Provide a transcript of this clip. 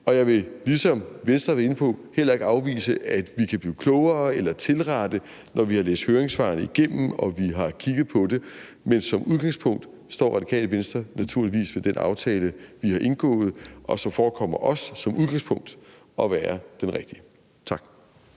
Og jeg vil, ligesom Venstres ordfører, heller ikke afvise, at vi kan blive klogere, eller at vi, når vi har læst høringssvarene igennem og har kigget på det, kan tilrette det. Men som udgangspunkt står Radikale Venstre naturligvis ved den aftale, vi har indgået, og som forekommer os som udgangspunkt at være den rigtige. Tak.